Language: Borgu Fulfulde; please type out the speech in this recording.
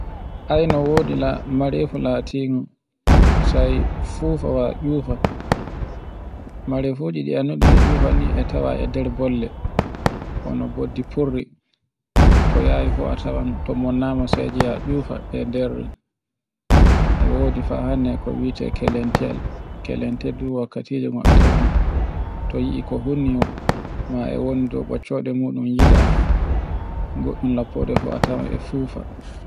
Ai no woɗi la, marefu fu latingo sai fufawa uffa. Marefuji ɗi annduɗen e tcufa ne e tawe e nder bolle, bano bojji furli, ko yawi fu a tawan ko monnama sai ngi'a tcufan e nder e wodi fa hande e ko wi'ete kelentewal. Kelente du wakkati ngomn a tawan to yi'e ko hulni mo e wondi dow boccoɗe muɗum yiɗa goɗɗum lappode fu a tawan e fufa.